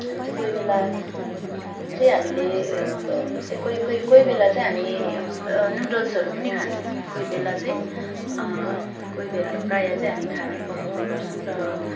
हामी चाहिँ कोही बेला चाहिँ हामीले त्यही कोही कोही कोही बेला चाहिँ हामी नुडल्सहरू पनि खान्छौँ कोही बेला चाहिँ कोही बेला प्राय चाहिँ हामी खानै पकाउने गर्छौँ र